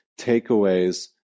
takeaways